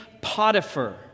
Potiphar